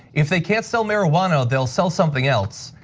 if they can't sell marijuana, they'll sell something else.